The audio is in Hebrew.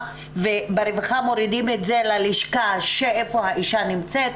וברווחה מורידים את זה ללשכה איפה שהאשה נמצאת,